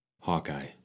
Hawkeye